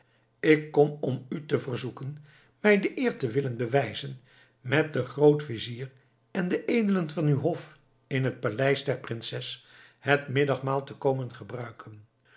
ik kom om u te verzoeken mij de eer te willen bewijzen met den grootvizier en de edelen van uw hof in het paleis der prinses het middagmaal te komen gebruiken